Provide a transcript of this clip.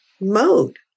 mode